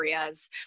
areas